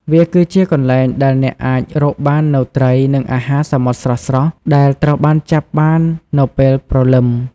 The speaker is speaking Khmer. វាគឺជាកន្លែងដែលអ្នកអាចរកបាននូវត្រី និងអាហារសមុទ្រស្រស់ៗ ដែលត្រូវបានចាប់បាននៅពេលព្រលឹម។